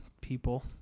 people